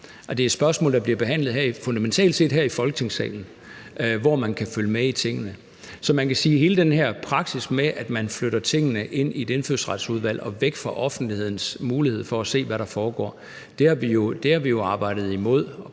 set er et spørgsmål, der bliver behandlet her i Folketingssalen, hvor man kan følge med i tingene. Så man kan jo sige, at hele den her praksis med, at man flytter tingene ind i et Indfødsretsudvalg og væk fra offentlighedens mulighed for at se, hvad der foregår, har vi arbejdet imod, og